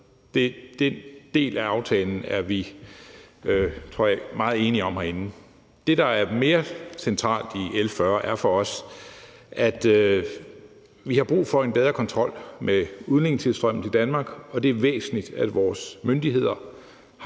Den del af aftalen er vi, tror jeg, meget enige om herinde. Det, der er mere centralt i L 40, er for os, at vi har brug for en bedre kontrol med udlændingetilstrømningen til Danmark, og det er væsentligt, at vores myndigheder har